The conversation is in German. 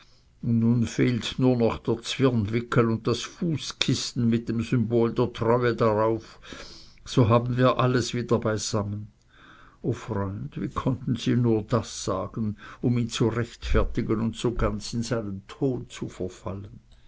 nun fehlt nur noch der zwirnwickel und das fußkissen mit dem symbol der treue darauf so haben wir alles wieder beisammen o freund wie konnten sie nur das sagen und um ihn zu rechtfertigen so ganz in seinen ton verfallen